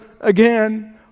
again